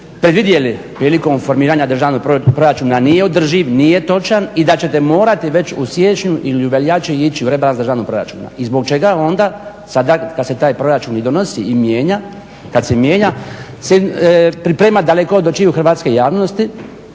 predvidjeli prilikom formiranja državnog proračuna nije održiv, nije točan i da ćete morati već u siječnju ili u veljači ići u rebalans državnog proračuna? I zbog čega onda sada kad se taj proračun i donosi i mijenja, kad se mijenja, se priprema daleko od očiju hrvatske javnosti,